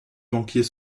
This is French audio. banquier